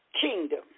kingdom